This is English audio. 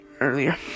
earlier